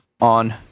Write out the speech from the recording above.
On